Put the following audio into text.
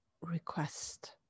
request